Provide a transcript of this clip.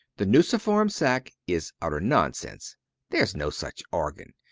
the nuciform sac is utter nonsense theres no such organ.